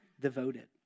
devoted